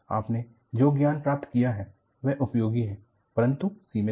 आपने जो ज्ञान प्राप्त किया वह उपयोगी है परंतु सीमित है